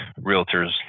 realtors